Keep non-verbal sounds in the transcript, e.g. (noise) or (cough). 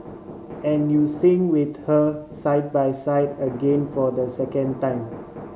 (noise) and you sing with her side by side again for the second time (noise)